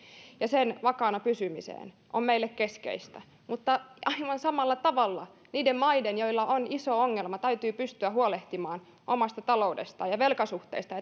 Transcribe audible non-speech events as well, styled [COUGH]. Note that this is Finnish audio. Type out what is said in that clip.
ja sen vakaana pysymiseen on meille keskeistä mutta aivan samalla tavalla niiden maiden joilla on iso ongelma täytyy pystyä huolehtimaan omasta taloudestaan ja velkasuhteistaan [UNINTELLIGIBLE]